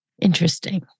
Interesting